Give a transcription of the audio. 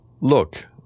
look